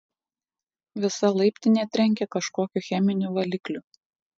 visa laiptinė trenkė kažkokiu cheminiu valikliu